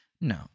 no